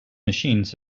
machines